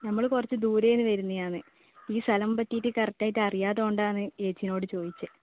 നമ്മൾ കുറച്ച് ദൂരെ നിന്ന് വരുന്നതാണ് ഈ സ്ഥലം പറ്റിയിട്ട് കറക്ടായിട്ട് അറിയാത്തതുകൊണ്ടാണ് ചേച്ചീനോട് ചോദിച്ചത്